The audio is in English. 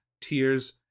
tears